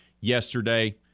yesterday